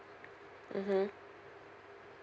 mmhmm